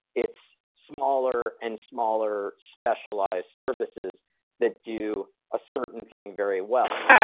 it's smaller and smaller specialized services that do a certain thing very well.